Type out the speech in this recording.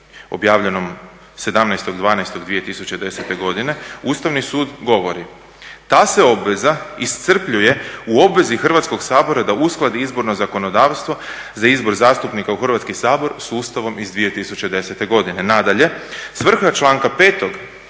objavljenom 17.12.2010. godine Ustavni sud govori: "Ta se obveza iscrpljuje u obvezi Hrvatskog sabora da uskladi izborno zakonodavstvo za izbor zastupnika u Hrvatski sabor sa Ustavom iz 2010. godine." Nadalje, svrha članka 5.